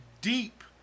deep